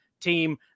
team